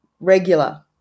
regular